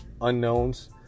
unknowns